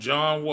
John